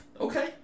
Okay